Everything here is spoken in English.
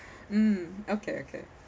mm okay okay